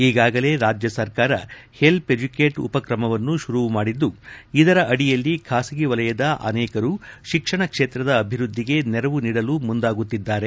ಈಗಾಗಲೇ ರಾಜ್ಯ ಸರಕಾರ ಊಜಟಿಕಿ ಇಜಣಛಿಚಿಣಜ ಉಪಕ್ರಮವನ್ನು ಶುರು ಮಾಡಿದ್ದು ಇದರ ಅಡಿಯಲ್ಲಿ ಖಾಸಗಿ ವಲಯದ ಅನೇಕರು ಶಿಕ್ಷಣ ಕ್ಷೇತ್ರದ ಅಭಿವೃದ್ದಿಗೆ ನೆರವು ನೀಡಲು ಮುಂದಾಗುತ್ತಿದ್ದಾರೆ